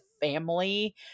family